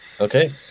Okay